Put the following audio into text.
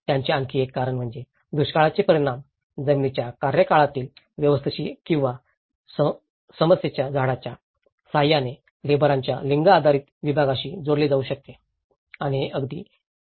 त्याचे आणखी एक कारण म्हणजे दुष्काळाचे दुष्परिणाम जमिनीच्या कार्यकाळातील व्यवस्थेशी किंवा समस्येच्या झाडाच्या सहाय्याने लेबरांच्या लिंग आधारित विभागांशी जोडले जाऊ शकतात